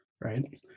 right